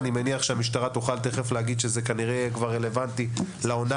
אני מניח שהמשטרה תכף תגיד שכנראה זה יהיה רלוונטי לעונה